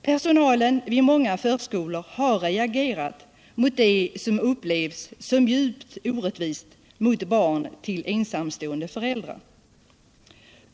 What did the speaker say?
Personalen vid många förskolor har reagerat mot det som upplevs som djupt orättvist mot barn till ensamstående föräldrar.